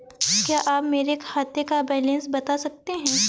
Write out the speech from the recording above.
क्या आप मेरे खाते का बैलेंस बता सकते हैं?